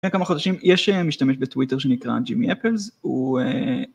לפני כמה חודשים, יש משתמש בטוויטר שנקרא ג'ימי אפלס, הוא...